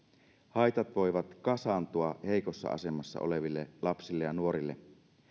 haitat voivat kasaantua heikossa asemassa oleville lapsille ja nuorille